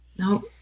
No